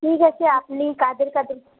ঠিক আছে আপনি কাদের কাদের